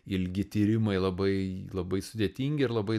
ilgi tyrimai labai labai sudėtingi ir labai